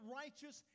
righteous